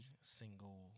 single